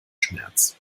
schmerz